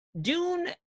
Dune